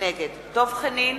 נגד דב חנין,